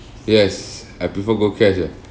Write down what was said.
yes I prefer go cash ah